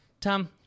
Tom